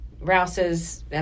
Rouse's